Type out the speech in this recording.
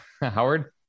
Howard